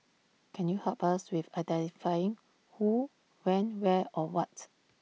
can you help us with identifying who when where or what